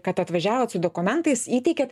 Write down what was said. kad atvažiavot su dokumentais įteikiat